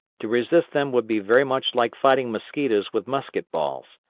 to resist them would be very much like fighting mosquitoes with musket-balls.